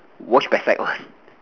wash backside one